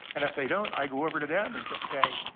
and if they don't, i go over to them and just say,